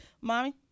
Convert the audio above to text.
mommy